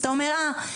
אז אתה אומר אהה,